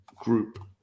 Group